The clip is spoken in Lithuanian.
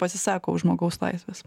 pasisako už žmogaus laisves